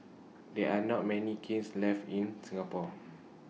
there are not many kilns left in Singapore